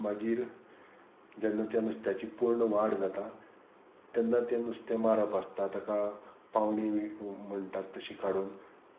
मागीर जेन्ना त्या नुस्त्याची पूर्ण वाड जाता तेन्ना तें नुस्तें मारप आसता ताका पावणी म्हणटात तशी काडून